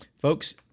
Folks